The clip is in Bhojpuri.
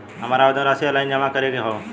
हमार आवेदन राशि ऑनलाइन जमा करे के हौ?